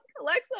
Alexa